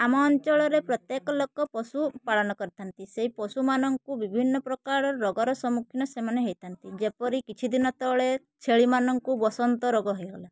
ଆମ ଅଞ୍ଚଳରେ ପ୍ରତ୍ୟେକ ଲୋକ ପଶୁ ପାଳନ କରିଥାନ୍ତି ସେଇ ପଶୁମାନଙ୍କୁ ବିଭିନ୍ନ ପ୍ରକାର ରୋଗର ସମ୍ମୁଖୀନ ସେମାନେ ହେଇଥାନ୍ତି ଯେପରି କିଛିଦିନ ତଳେ ଛେଳିମାନଙ୍କୁ ବସନ୍ତ ରୋଗ ହେଇଗଲା